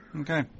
Okay